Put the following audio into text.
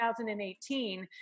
2018